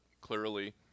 clearly